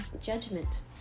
Judgment